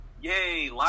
yay